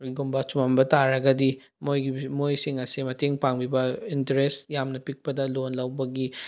ꯀꯔꯤꯒꯨꯝꯕ ꯆꯨꯝꯂꯝꯕ ꯇꯥꯔꯒꯗꯤ ꯃꯣꯏꯁꯤꯡ ꯑꯁꯦ ꯃꯇꯦꯡ ꯄꯥꯡꯕꯤꯕ ꯏꯟꯇꯔꯦꯁ ꯌꯥꯝꯅ ꯄꯤꯛꯄꯗ ꯂꯣꯟ ꯂꯧꯕꯒꯤ